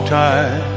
time